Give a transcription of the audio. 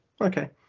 okay